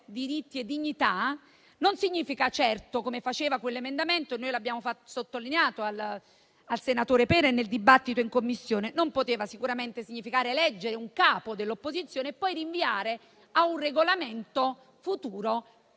diritti e dignità non significa certo - come faceva quell'emendamento e lo abbiamo sottolineato al senatore Pera e nel dibattito in Commissione - eleggere un capo dell'opposizione e poi rinviare a un regolamento futuro